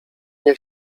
nie